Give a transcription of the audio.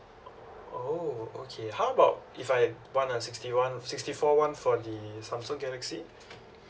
oh okay how about if I want a sixty one sixty four one for the samsung galaxy